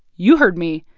you heard me.